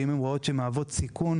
אם הן רואות שהחברות מהוות סיכון,